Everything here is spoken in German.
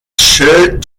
schild